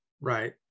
Right